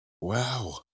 Wow